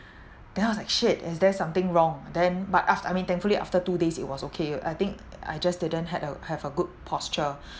then I was like shit is there something wrong then but aft~ I mean thankfully after two days it was okay I think I just didn't had a have a good posture